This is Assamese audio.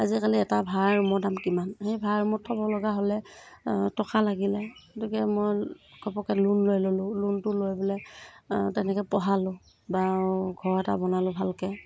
আজিকালি এটা ভাড়া ৰুমৰ দাম কিমান আমি ভাড়া ৰুমত থ'ব লগা হ'লে টকা লাগিলে গতিকে মই ঘপককৈ লোন লৈ ল'লোঁ লোনটো লৈ পেলাই তেনেকৈ পঢ়ালোঁ বাৰু ঘৰ এটা বনালোঁ ভালকৈ